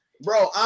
bro